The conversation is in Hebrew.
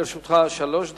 לרשותך שלוש דקות.